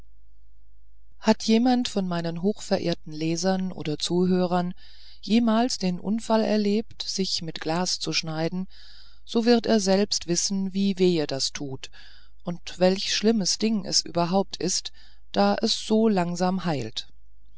hat jemand von meinen hochverehrtesten lesern oder zuhörern jemals den unfall erlebt sich mit glas zu schneiden so wird er selbst wissen wie wehe das tut und welch schlimmes ding es überhaupt ist da es so langsam heilt